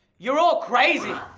you're all crazy!